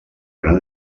gran